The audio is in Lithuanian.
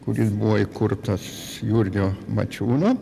kuris buvo įkurtas jurgio mačiūno